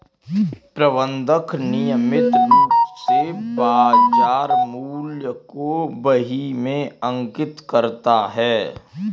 प्रबंधक नियमित रूप से बाज़ार मूल्य को बही में अंकित करता है